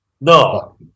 no